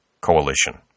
Coalition